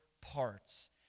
parts